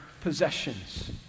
possessions